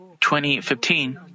2015